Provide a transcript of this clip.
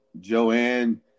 Joanne